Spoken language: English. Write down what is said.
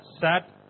sat